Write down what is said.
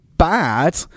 Bad